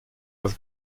was